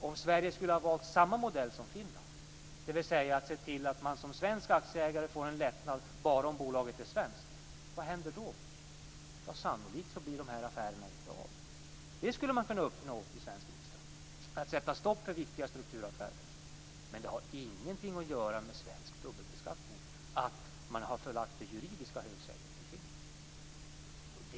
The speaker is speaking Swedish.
Om Sverige skulle ha valt samma modell som Finland, dvs. att se till att man som svensk aktieägare får en lättnad bara om bolaget är svenskt - vad händer då? Sannolikt blir de här affärerna inte av. Det skulle man kunna uppnå i svensk riksdag. Man skulle kunna sätta stopp för viktiga strukturaffärer. Men att man har förlagt det juridiska högsätet i Finland har ingenting att göra med svensk dubbelbeskattning.